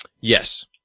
Yes